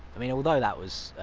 i mean, although that was,